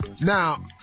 Now